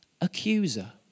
accuser